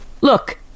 Look